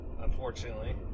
unfortunately